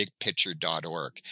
bigpicture.org